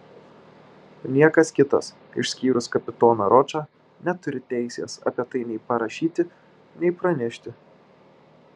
niekas kitas išskyrus kapitoną ročą neturi teisės apie tai nei parašyti nei pranešti